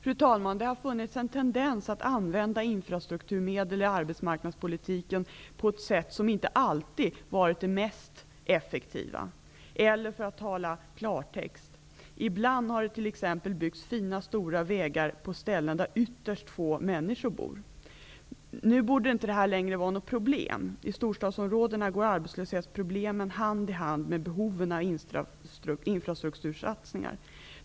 Fru talman! Det har funnits en tendens att använda infrastrukturmedel i arbetsmarknadspolitiken på ett sätt som inte alltid varit det mest effektiva -- eller, för att tala klartext: Ibland har det t.ex. byggts fina stora vägar på ställen där ytterst få människor bor. Nu borde detta inte längre vara något problem. I storstadsområdena går arbetslöshetsproblemen hand i hand med behovet av infrastruktursatsningar.